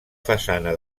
façana